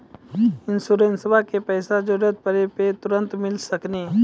इंश्योरेंसबा के पैसा जरूरत पड़े पे तुरंत मिल सकनी?